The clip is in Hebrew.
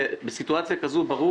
בסיטואציה כזאת ברור